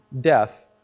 death